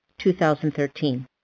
2013